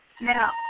Now